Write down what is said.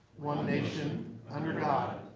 one nation under god,